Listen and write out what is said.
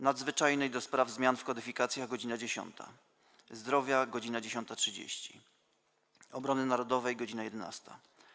Nadzwyczajnej do spraw zmian w kodyfikacjach - godz. 10, - Zdrowia - godz. 10.30, - Obrony Narodowej - godz. 11,